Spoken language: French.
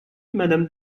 madame